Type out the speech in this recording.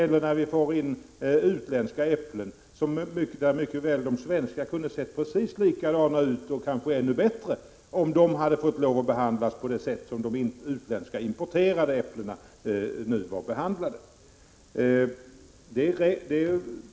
Likadant är det med utländska äpplen. De svenska äpplena skulle ha kunnat se precis likadana ut, och kanske ännu bättre, om man hade fått lov att behandla dem på samma vis som de utländska importerade äpplena är behandlade.